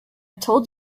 told